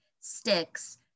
sticks